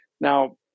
Now